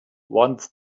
wants